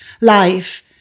life